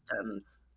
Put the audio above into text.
systems